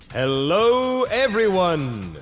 hello everyone!